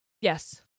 yes